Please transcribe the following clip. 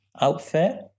outfit